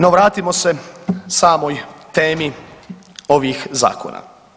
No, vratimo se samoj temi ovih zakona.